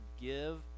give